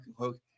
okay